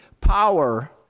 power